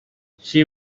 she